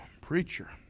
preacher